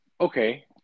Okay